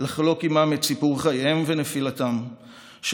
לחלוק עימם את סיפור חייהם ונפילתם של